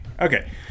Okay